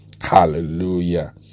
Hallelujah